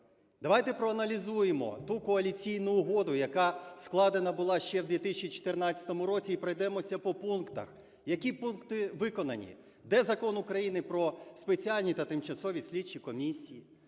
Давайте проаналізуємо ту коаліційну угоду, яка складена була ще в 2014 році і пройдемося по пунктах. Які пукти виконані? Де Закон України про спеціальні та тимчасові слідчі комісії?